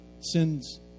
sins